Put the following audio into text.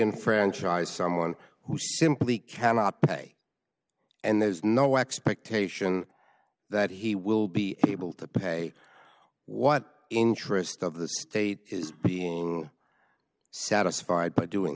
tris someone who simply cannot pay and there's no expectation that he will be able to pay what interest of the state is being satisfied by doing